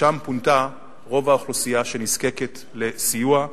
לשם פונתה רוב האוכלוסייה שנזקקת לסיוע,